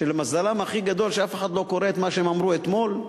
שלמזלם הכי גדול אף אחד לא קורא את מה שהם אמרו אתמול,